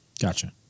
gotcha